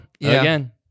again